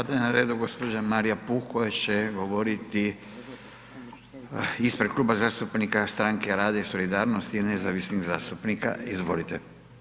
Sada je na redu gđa. Marija Puh koja će govoriti ispred Kluba zastupnika Stranke rada i solidarnosti i nezavisnih zastupnika, izvolite.